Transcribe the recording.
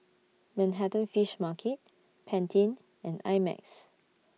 Manhattan Fish Market Pantene and I Max